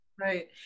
Right